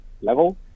level